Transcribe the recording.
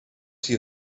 see